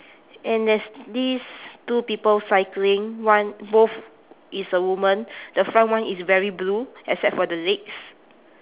and there's these two people cycling one both is a woman the front one is wearing blue except for the legs